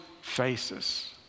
faces